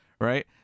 right